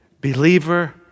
believer